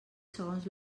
segons